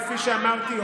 כפי שאמרתי,